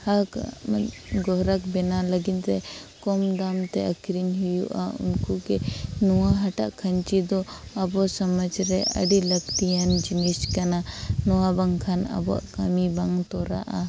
ᱦᱟᱠ ᱜᱚᱨᱦᱟᱠ ᱵᱮᱱᱟᱣ ᱞᱟᱹᱜᱤᱫ ᱛᱮ ᱠᱚᱢ ᱫᱟᱢ ᱛᱮ ᱟᱹᱠᱷᱨᱤᱧ ᱦᱩᱭᱩᱜᱼᱟ ᱩᱱᱠᱩᱜᱮ ᱱᱚᱣᱟ ᱦᱟᱴᱟᱜ ᱠᱷᱟᱧᱪᱤ ᱫᱚ ᱟᱵᱚ ᱥᱚᱢᱟᱡᱽ ᱨᱮ ᱟᱹᱰᱤ ᱞᱟᱹᱠᱛᱤᱭᱟᱱ ᱡᱤᱱᱤᱥ ᱠᱟᱱᱟ ᱱᱚᱣᱟ ᱵᱟᱝᱠᱷᱟᱱ ᱟᱵᱚᱣᱟᱜ ᱠᱟᱹᱢᱤ ᱵᱟᱝ ᱛᱚᱨᱟᱜᱼᱟ